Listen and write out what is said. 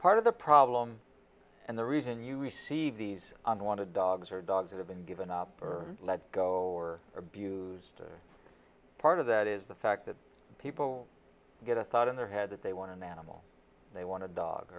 part of the problem and the reason you receive these on want to dogs are dogs that have been given up or let go or abused or part of that is the fact that people get a thought in their head that they want an animal they want to dog